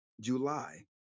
July